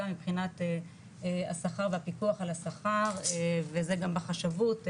מבחינת השכר והפיקוח על השכר וזה גם בחשבות וכו',